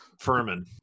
Furman